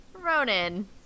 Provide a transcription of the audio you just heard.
Ronan